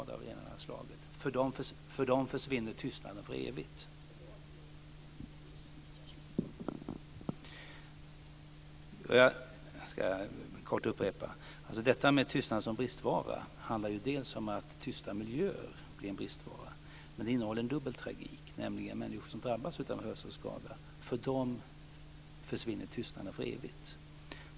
Dels är det också så att för dem som drabbas av en hörselskada av det ena eller andra slaget försvinner tystnaden för evigt.